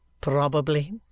Probably